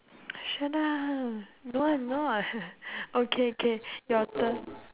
shut up no one will know [what] okay K your turn